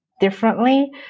differently